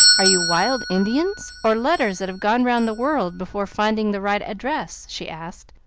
are you wild indians? or letters that have gone round the world before finding the right address? she asked,